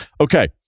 okay